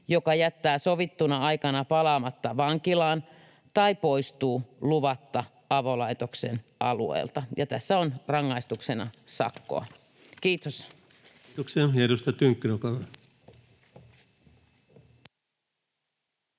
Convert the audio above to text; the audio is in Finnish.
joka jättää sovittuna aikana palaamatta vankilaan tai poistuu luvatta avolaitoksen alueelta”, ja tässä on rangaistuksena sakkoa. — Kiitos.